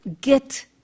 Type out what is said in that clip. get